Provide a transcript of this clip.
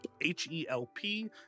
H-E-L-P